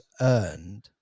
earned